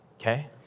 okay